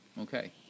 Okay